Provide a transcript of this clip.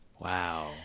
Wow